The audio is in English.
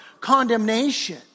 condemnation